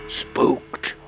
spooked